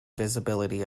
visibility